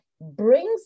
brings